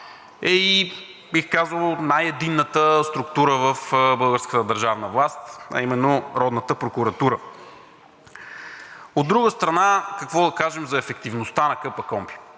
е, бих казал и най единната структура в българската държавна власт, а именно родната прокуратура. От друга страна, какво да кажем за ефективността на КПКОНПИ?